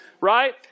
right